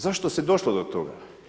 Zašto se došlo do toga?